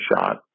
shot